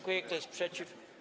Kto jest przeciw?